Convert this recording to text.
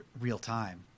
real-time